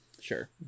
Sure